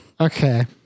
okay